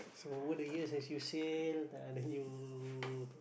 so over the years as you sail ah then you